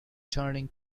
turning